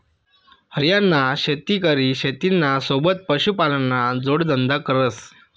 हरियाणाना शेतकरी शेतीना सोबत पशुपालनना जोडधंदा करस